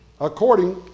according